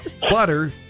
butter